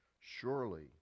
Surely